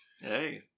Hey